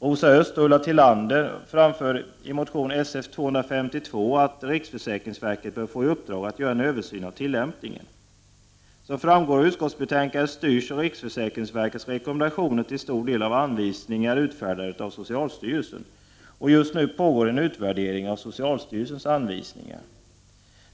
Rosa Östh och Ulla Tillander framför i motion Sf252 att riksförsäkringsverket bör få i uppdrag att göra en översyn av tillämpningen. Som framgår av utskottsbetänkandet styrs riksförsäkringsverkets rekommendationer till stor del av anvisningar utfärdade av socialstyrelsen. Just nu pågår en utvärdering av socialstyrelsens anvisningar.